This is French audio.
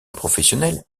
professionnel